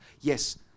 Yes